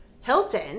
Hilton